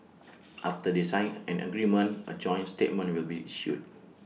after they sign an agreement A joint statement will be issued